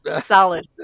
Solid